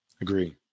Agree